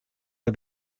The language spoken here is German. der